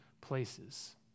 places